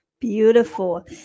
Beautiful